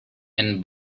and